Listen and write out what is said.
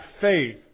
faith